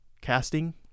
casting